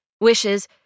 Wishes